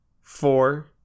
four